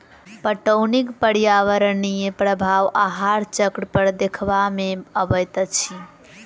पटौनीक पर्यावरणीय प्रभाव आहार चक्र पर देखबा मे अबैत अछि